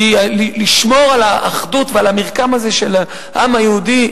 כי לשמור על האחדות ועל המרקם הזה של העם היהודי,